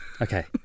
okay